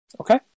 Okay